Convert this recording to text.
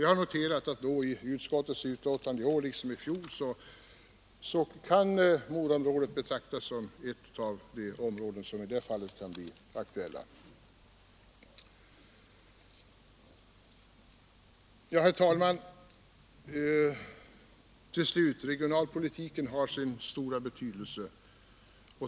Jag har i årets liksom i fjolårets utskottsbetänkande noterat att Moraområdet kan betraktas som ett av de områden som i det fallet kan bli aktuellt. Till slut, herr talman! Regionalpolitiken har sin stora betydelse.